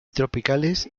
tropicales